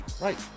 Right